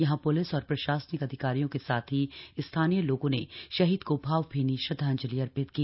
यहां प्लिस और प्रशासनिक अधिकारियों के साथ ही स्थानीय लोगों ने शहीद को भावभीनी श्रद्वांजलि अर्पित की